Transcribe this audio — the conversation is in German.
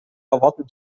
erwarten